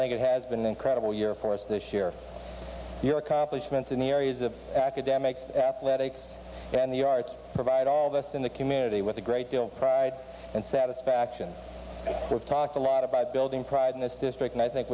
think it has been an incredible year for us to share your accomplishments in the areas of academics athletics and the arts provide all of us in the community with a great deal of pride and satisfaction of talked a lot about building pride in this district and i think